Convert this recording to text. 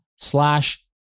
Slash